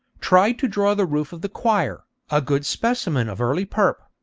tried to draw the roof of the choir, a good specimen of early perp,